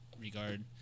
regard